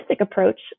approach